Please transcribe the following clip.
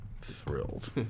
Thrilled